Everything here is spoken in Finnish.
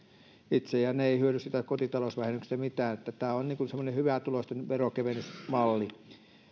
itse ja he eivät hyödy siitä kotitalousvähennyksestä mitään tämä on semmoinen hyvätuloisten veronkevennysmalli